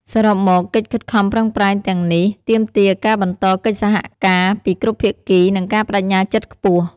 សរុបមក កិច្ចខិតខំប្រឹងប្រែងទាំងនេះទាមទារការបន្តកិច្ចសហការពីគ្រប់ភាគី និងការប្ដេជ្ញាចិត្តខ្ពស់។